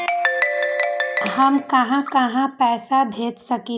हम कहां कहां पैसा भेज सकली ह?